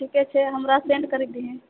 ठीके छै हमरा सेंड करी दीहऽ